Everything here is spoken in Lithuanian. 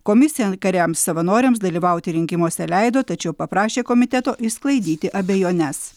komisija kariams savanoriams dalyvauti rinkimuose leido tačiau paprašė komiteto išsklaidyti abejones